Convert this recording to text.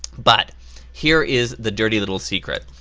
but here is the dirty little secret.